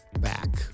back